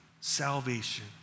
salvation